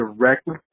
directly